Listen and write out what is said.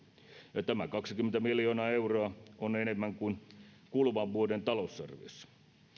ja tämä kaksikymmentä miljoonaa euroa on enemmän kuin kuluvan vuoden talousarviossa